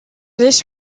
this